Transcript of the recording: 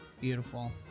Beautiful